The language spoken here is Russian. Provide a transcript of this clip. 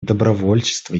добровольчество